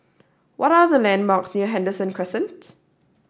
what are the landmarks near Henderson Crescent